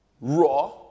raw